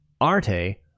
Arte